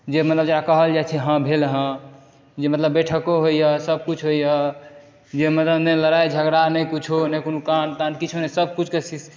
जे मतलब जे कहल जाइ छै हँ भेल हें जे मतलब बैठको होइए सब कुछ होइए जे मतलब नै लड़ाइ झगड़ा नै कुछौ नै कोनो काण्ड ताण्ड सब कुछके